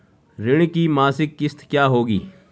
ऋण की मासिक किश्त क्या होगी?